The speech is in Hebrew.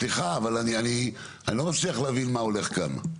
סליחה, אני לא מצליח להבין מה קורה כאן.